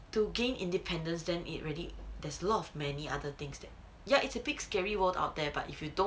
to gain independence then it ready there's lot of many other things that ya it's a big scary world out there but if you don't